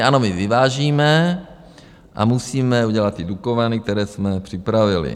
Ano, my vyvážíme a musíme udělat ty Dukovany, které jsme připravili.